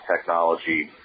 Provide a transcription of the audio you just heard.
technology